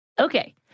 Okay